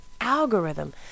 algorithm